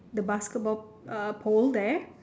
the basketball uh pole there